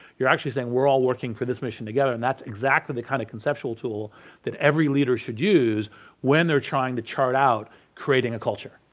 you're actually saying we're all working for this mission together and that's exactly the kind of conceptual tool that every leader should use when they're trying to chart out creating a culture,